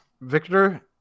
Victor